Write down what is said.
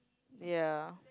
ya